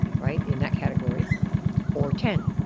right, in that category or ten.